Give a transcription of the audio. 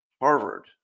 Harvard